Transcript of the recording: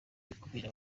gukumira